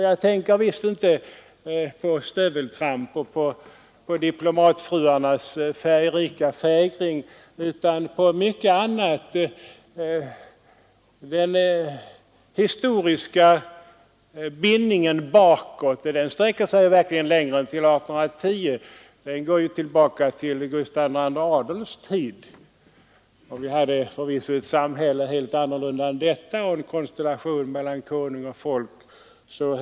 Jag tänker visst inte på stöveltramp och på diplomatfruarnas färgrika fägring utan på mycket annat. Det historiska sambandet sträcker sig verkligen längre bakåt än till 1810, det går ju tillbaka till Gustav II Adolfs tid. Då hade vi förvisso ett helt annat samhälle än detta och en så annorlunda konstellation mellan konung och folk.